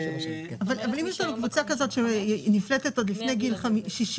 אבל אם יש לנו קבוצה כזאת את שנפלטת עוד לפני גיל 60,